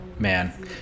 Man